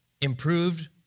improved